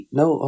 no